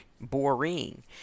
boring